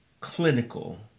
clinical